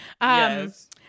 Yes